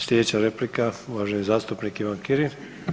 Sljedeća replika uvaženi zastupnik Ivan Kirin.